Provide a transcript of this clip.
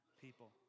people